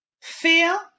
fear